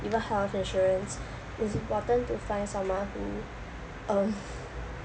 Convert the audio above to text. even health insurance it's important to find someone who um